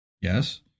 Yes